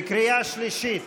בקריאה שלישית: